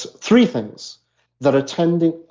three things that are trending.